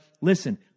listen